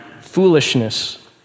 foolishness